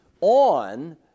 on